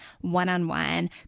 one-on-one